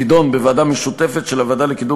תידון בוועדה משותפת של הוועדה לקידום